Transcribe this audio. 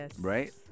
right